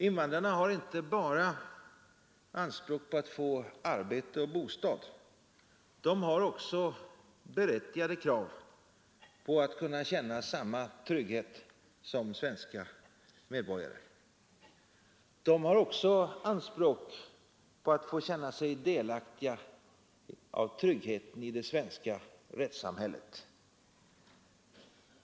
Invandrarna har inte bara anspråk på att få arbete och bostad, de har också anspråk på att få känna samma trygghet som svenska medborgare i det svenska rättssamhället.